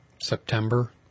September